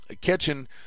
catching